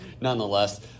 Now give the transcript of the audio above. nonetheless